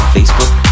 Facebook